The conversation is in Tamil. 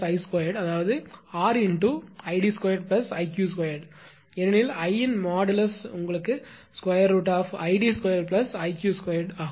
|𝐼| 2 அதாவது 𝑅𝐼𝑑2 𝐼𝑞2 சரியானது ஏனெனில் 𝐼 இன் மாடுலஸ் உங்கள் √ 𝐼𝑑2 𝐼𝑞2 ஆகும்